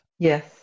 Yes